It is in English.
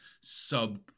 sub